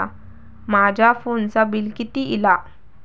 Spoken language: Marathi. माझ्या फोनचा बिल किती इला?